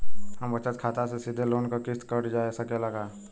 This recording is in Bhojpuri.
हमरे बचत खाते से सीधे लोन क किस्त कट सकेला का?